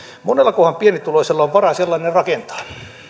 monellakohan pienituloisella on varaa sellainen rakentaa